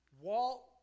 Walt